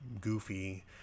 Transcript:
goofy